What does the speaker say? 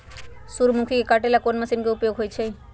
सूर्यमुखी के काटे ला कोंन मशीन के उपयोग होई छइ?